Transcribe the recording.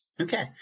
Okay